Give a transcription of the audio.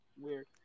weird